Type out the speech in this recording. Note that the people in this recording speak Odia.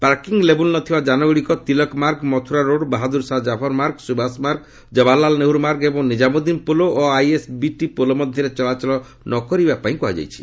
ପାର୍କି ଲେବୁଲ୍ ନଥିବା ଯାନଗୁଡ଼ିକ ତିଲକମାର୍ଗ ମଥୁରା ରୋଡ ବାହାଦ୍ରଶାହା ଜାଫର ମାର୍ଗ ସ୍ତବାସ ମାର୍ଗ ଜବାହାରଲାଲ ନେହେରୁ ମାର୍ଗ ଏବଂ ନିଜାମୁଦ୍ଦିନ ପୋଲ ଓ ଆଇଏସ୍ବିଟି ପୋଲ ମଧ୍ୟରେ ଚଳାଚଳ ନ କରିବା ପାଇଁ କୁହାଯାଇଛି